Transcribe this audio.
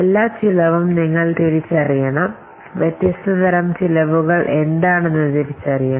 എല്ലാ ചെലവും നിങ്ങൾ തിരിച്ചറിയണം വ്യത്യസ്ത തരം ചിലവുകൾ എന്താണെന്ന് തിരിച്ചറിയണം